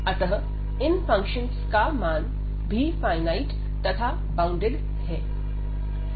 अतः इन फंक्शन का मान भी फाइनाइट तथा बाउंडेड है